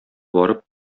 барып